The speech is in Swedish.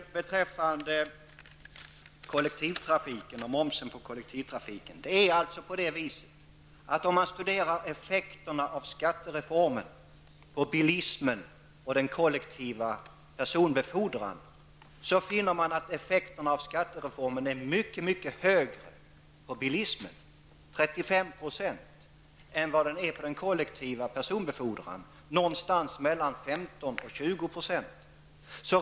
Slutligen skall jag säga några ord om kollektivtrafiken och momsen på den. Om man studerar skattereformens effekter på bilismen och på den kollektiva personbefodran, finner man att effekterna är mycket högre på bilismen, 35 %, än vad de är på den kollektiva personbefordran, 15-- 20 %.